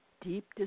deep